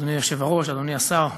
אדוני השר,